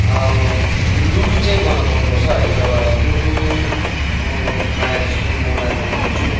ludo चाहिँ मलाई मनपर्छ है र लुडो म प्रायः जस्तो मोबाइलमा खेल्छु